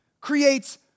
creates